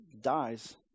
Dies